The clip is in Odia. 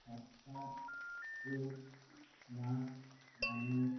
ବାପାକୁ ମା' ମାନେ